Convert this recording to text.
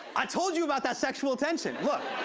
i told you about that sexual tension. look.